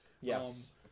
yes